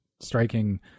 striking